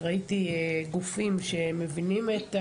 ראיתי גופים שמבינים את הנושא,